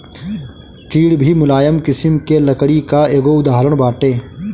चीड़ भी मुलायम किसिम के लकड़ी कअ एगो उदाहरण बाटे